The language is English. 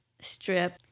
strip